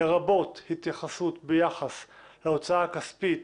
לרבות התייחסות ביחס להוצאה הכספית